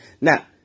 Now